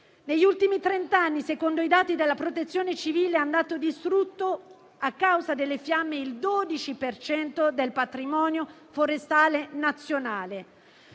Negli ultimi trent'anni, secondo i dati della Protezione civile, è andato distrutto a causa delle fiamme il 12 per cento del patrimonio forestale nazionale.